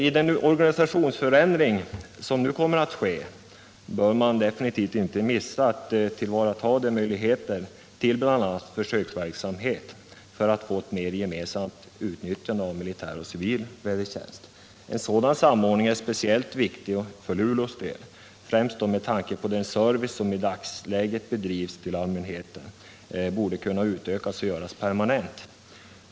Vid den organisationsförändring som nu kommer att ske bör man definitivt inte missa att tillvarata möjligheterna till bl.a. försöksverksamhet — Flygvädertjänstens för att få mera gemensamt utnyttjande av militär och civil vädertjänst. — system och En sådan samordning är speciellt viktig för Luleås del, främst med tanke organisation på att den service som i dagsläget lämnas till allmänheten borde kunna utökas och göras permanent.